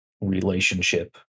relationship